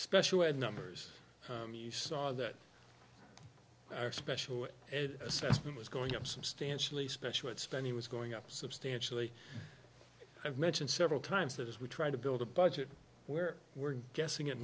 special ed numbers he saw that our special ed assessment was going up substantially special it spending was going up substantially i've mentioned several times that as we try to build a budget where we're guessing at